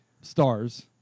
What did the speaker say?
stars